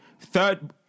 third